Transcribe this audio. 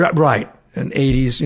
right. and eighty s.